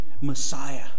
Messiah